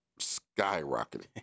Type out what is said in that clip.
skyrocketing